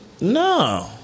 No